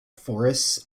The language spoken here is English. forests